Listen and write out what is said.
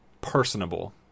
personable